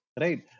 Right